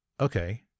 Okay